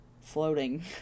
floating